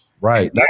Right